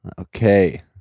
Okay